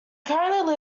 currently